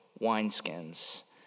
wineskins